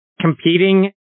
competing